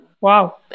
Wow